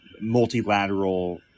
multilateral